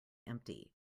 empty